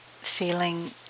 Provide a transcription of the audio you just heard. feeling